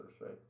right